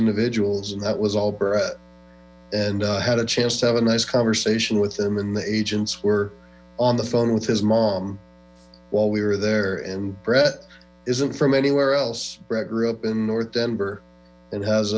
individuals and that was all brett and i had a chance to have a nice conversation with them and the agents were on the phone with his mom while we were there and brett isn't from anywhere else brett grew up in north denver a